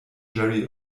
jerry